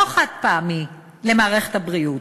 לא חד-פעמי, למערכת הבריאות.